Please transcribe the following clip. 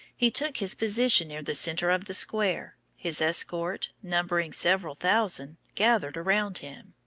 he took his position near the center of the square, his escort, numbering several thousand, gathered around him.